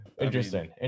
Interesting